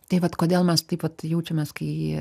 tai vat kodėl mes taip vat jaučiamės kai